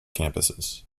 campuses